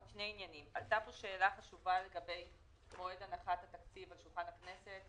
שני עניינים: עלתה פה שאלה חשובה לגבי מועד הנחת התקציב על שולחן הכנסת